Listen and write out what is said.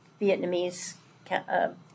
vietnamese